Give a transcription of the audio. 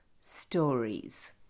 stories